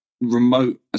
remote